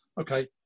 okay